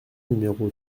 numéro